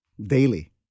daily